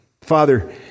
Father